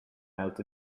melt